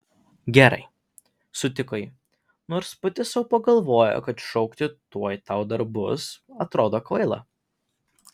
gerai sutiko ji nors pati sau pagalvojo kad šaukti tuoj tau dar bus atrodo kvaila